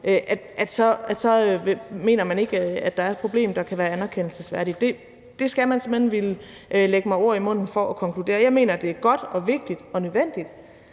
så mener man ikke, at der er et problem, der kan være anerkendelsesværdigt. Det skal man simpelt hen ville lægge mig ord i munden for at konkludere. Jeg mener, at det er godt og vigtigt og nødvendigt,